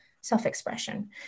self-expression